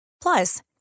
Plus